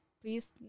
please